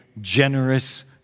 generous